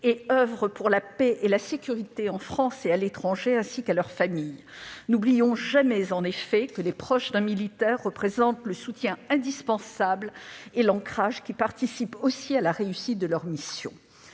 et oeuvrent pour la paix et la sécurité, en France et à l'étranger, ainsi qu'à leur famille. N'oublions jamais en effet que les proches d'un militaire représentent le soutien indispensable et l'ancrage qui participe aussi à la réussite de leur mission.